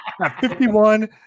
51